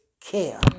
care